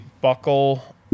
buckle